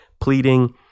pleading